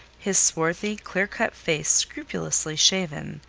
his swarthy, clear-cut face scrupulously shaven,